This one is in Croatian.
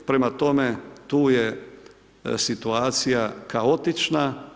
Prema tome, tu je situacija kaotična.